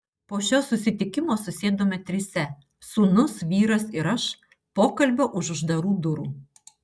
po šio susitikimo susėdome trise sūnus vyras ir aš pokalbio už uždarų durų